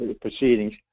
proceedings